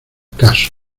caso